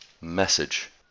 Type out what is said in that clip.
message